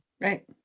Right